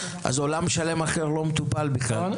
אז עולם שלם אחר לא מטופל בכלל.